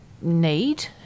need